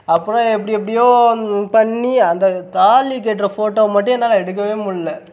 அப்புறம் எப்படி எப்படியோ பண்ணி அந்த தாலிக்கட்டுற ஃபோட்டோ மட்டும் என்னால் எடுக்கவே முடியல